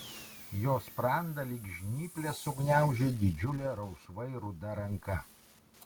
jo sprandą lyg žnyplės sugniaužė didžiulė rausvai ruda ranka